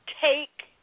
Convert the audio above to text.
take